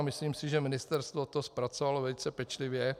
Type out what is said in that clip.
Myslím si, že ministerstvo to zpracovalo velice pečlivě.